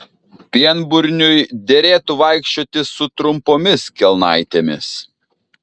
pienburniui derėtų vaikščioti su trumpomis kelnaitėmis